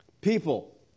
People